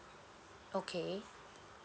okay